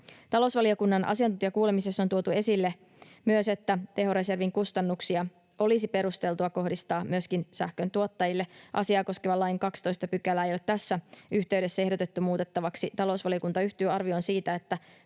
Talousvaliokunnan asiantuntijakuulemisissa on tuotu esille myös, että tehoreservin kustannuksia olisi perusteltua kohdistaa myöskin sähköntuottajille. Asiaa koskevan lain 12 §:ää ei ole tässä yhteydessä ehdotettu muutettavaksi. Talousvaliokunta yhtyy arvioon siitä, että